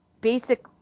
basic